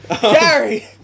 Gary